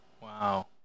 Wow